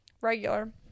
regular